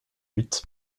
huit